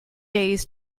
days